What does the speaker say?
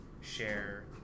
share